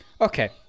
Okay